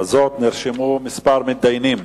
הזאת נרשמו כמה מתדיינים.